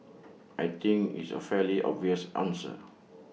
I think is A fairly obvious answer